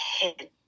head